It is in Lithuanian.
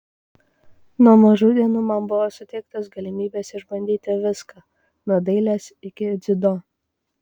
nuo mažų dienų man buvo suteiktos galimybės išbandyti viską nuo dailės iki dziudo